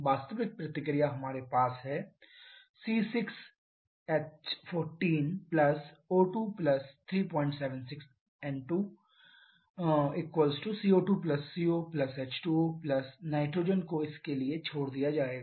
वास्तविक प्रतिक्रिया हमारे पास है C6H14 O2 376 N2 🡪 CO2 CO H2O nitrogen will be left out for this C6H14 O2 376 N2 🡪 CO2 CO H2O nitrogen को इसके लिए छोड़ दिया जाएगा